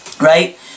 Right